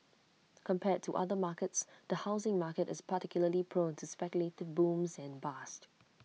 compared to other markets the housing market is particularly prone to speculative booms and bust